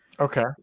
Okay